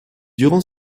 durant